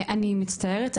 אני מצטערת,